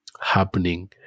happening